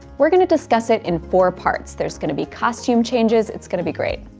we're going to discuss it in four parts. there's going to be costume changes, it's going to be great.